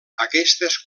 aquestes